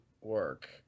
work